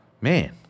Man